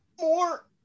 more